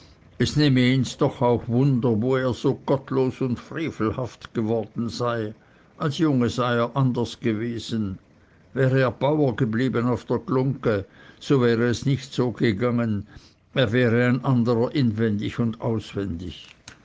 es nehme ihns doch auch wunder wo er so gottlos und frevelhaft geworden sei als junge sei er anders gewesen wäre er bauer geblieben auf der glungge so wäre es nicht so gegangen er wäre ein anderer inwendig und auswendig